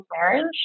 marriage